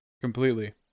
completely